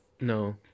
No